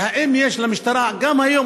והאם יש למשטרה גם היום,